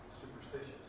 superstitious